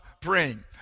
praying